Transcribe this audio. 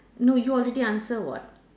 no you already answer what